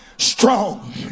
Strong